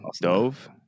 dove